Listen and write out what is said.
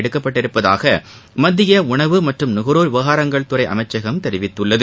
எடுக்கப்பட்டுள்ளதாக மத்திய உணவு மற்றும் நுகர்வோர் விவகாரங்கள்துறை அமச்சகம் தெரிவித்துள்ளது